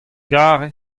gare